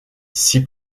six